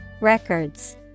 Records